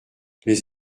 les